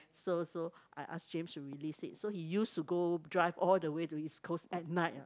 so so I ask James to release it so he used to go drive all the way to East Coast at night ah